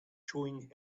chewing